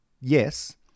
yes